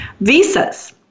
Visas